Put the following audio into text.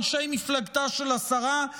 אנשי מפלגתה של השרה,